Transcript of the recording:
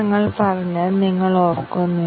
ഞങ്ങൾ ഒരു എഡ്ജ് വരയ്ക്കുന്നു